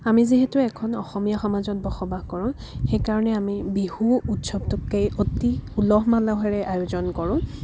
আমি যিহেতু এখন অসমীয়া সমাজত বসবাস কৰোঁ সেই কাৰণে আমি বিহু উৎসৱটোকেই অতি উলহ মালহেৰে আয়োজন কৰোঁ